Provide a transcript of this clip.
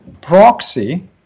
proxy